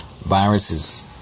Viruses